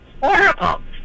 horrible